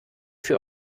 für